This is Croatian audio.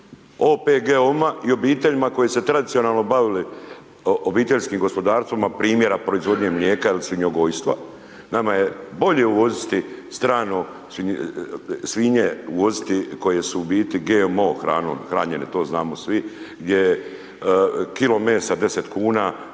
OPG-ovima i obiteljima koji se tradicionalno bavili obiteljskim gospodarstvima primjera proizvodnje mlijeka ili svinjogojstva. Nama je bolje uvoziti strano svinje uvoziti koje su u biti GMO hranom hranjene, to znamo svi, gdje je kilo mesa 10 kuna